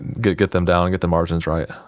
get get them down, get the margins right